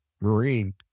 marine